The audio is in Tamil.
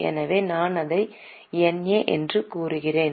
எனவே நான் அதை என்ஏ என்று குறிக்கிறேன்